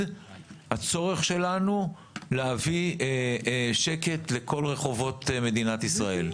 הצורך שלנו להביא שקט לכל רחובות מדינת ישראל.